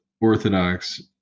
Orthodox